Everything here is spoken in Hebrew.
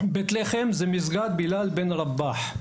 בית לחם זה מסגד בלאל אבן רבאח,